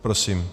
Prosím.